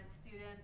students